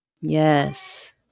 Yes